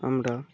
আমরা